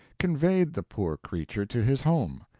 conveyed the poor creature to his home,